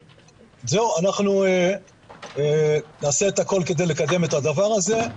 אנחנו נעשה את הכל כדי לקדם את הדבר הזה,